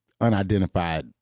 unidentified